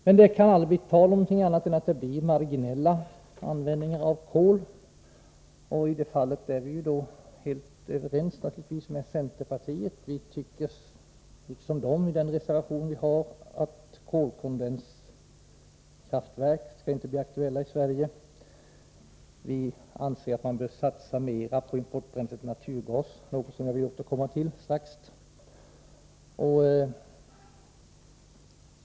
Men det kan aldrig bli tal om någonting annat än en marginell användning av kol. I det fallet är vi naturligtvis helt överens med centern; vi tycker liksom centern — det säger vi i den reservation vi har avgivit —att kolkondenskraftverk inte skall bli aktuella i Sverige. Vi anser också att man bör satsa mer på importbränslet naturgas, vilket jag skall återkomma till strax.